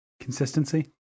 consistency